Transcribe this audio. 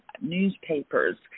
newspapers